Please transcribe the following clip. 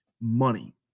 money